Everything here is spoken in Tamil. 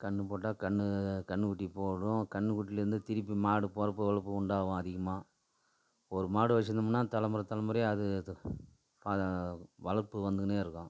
கன்று போட்டால் கன்று கன்றுக்குட்டி போடும் கன்றுக்குட்டிலேந்து திருப்பி மாடு பிறப்பு வளர்ப்பு உண்டாகும் அதிகமாக ஒரு மாடு வச்சுருந்தோம்னா தலைமுறை தலைமுறையா அது அது பா வளர்ப்பு வந்துக்கின்னே இருக்கும்